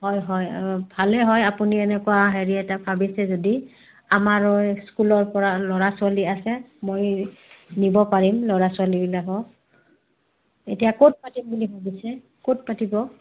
হয় হয় ভালেই হয় আপুনি এনেকুৱা হেৰি এটা ভাবিছে যদি আমাৰো স্কুলৰপৰা ল'ৰা ছোৱালী আছে মই নিব পাৰিম ল'ৰা ছোৱালীবিলাকক এতিয়া ক'ত পাতিম বুলি ভাবিছে ক'ত পাতিব